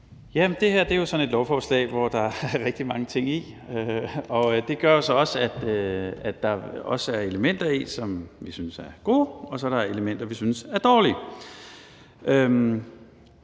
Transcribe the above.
Det her er sådan et lovforslag, der er rigtig mange ting i, og det gør jo så også, at der er elementer, som vi synes er gode, og at der er elementer, som vi synes er dårlige.